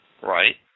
Right